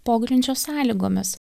pogrindžio sąlygomis